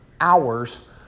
hours